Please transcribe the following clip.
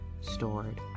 stored